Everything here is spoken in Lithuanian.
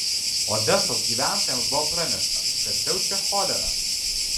odesos gyventojams buvo pranešta kad siaučia cholera